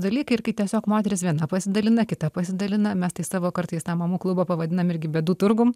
dalykai ir kai tiesiog moterys viena pasidalina kita pasidalina mes tai savo kartais tą mamų klubą pavadinam irgi bėdų turgum